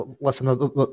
Listen